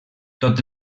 tot